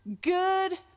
good